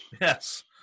Yes